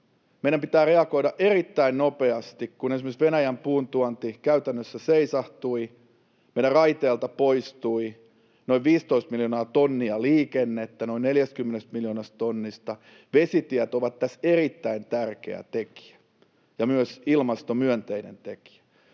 meidän pitää reagoida erittäin nopeasti. Kun esimerkiksi Venäjän puuntuonti käytännössä seisahtui, meidän raiteilta poistui noin 15 miljoonaa tonnia liikennettä noin 40 miljoonasta tonnista. Vesitiet ovat tässä erittäin tärkeä tekijä ja myös ilmastomyönteinen tekijä.